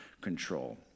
control